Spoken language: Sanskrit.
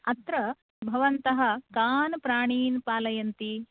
अत्र भवन्तः कान् प्राणीन् पालयन्ति